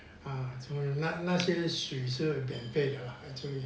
啊冲凉那些水是免费的啦 actually